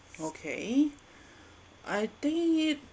okay I think it